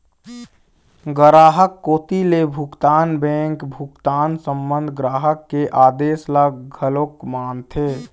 गराहक कोती ले भुगतान बेंक भुगतान संबंध ग्राहक के आदेस ल घलोक मानथे